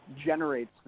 generates